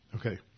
Okay